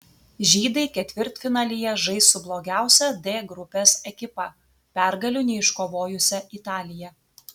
žydai ketvirtfinalyje žais su blogiausia d grupės ekipa pergalių neiškovojusia italija